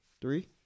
three